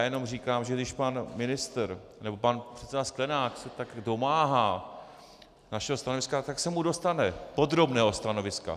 Jenom říkám, když pan ministr nebo pan předseda Sklenák se tak domáhá našeho stanoviska, tak se mu dostane podrobného stanoviska.